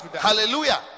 hallelujah